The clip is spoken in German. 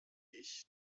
ich